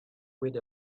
with